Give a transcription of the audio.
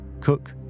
Cook